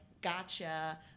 gotcha